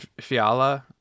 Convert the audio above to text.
fiala